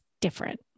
different